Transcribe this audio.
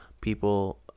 people